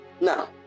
Now